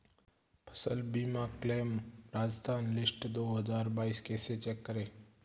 फसल बीमा claim Rajasthan list दो हज़ार बाईस कैसे चेक करें?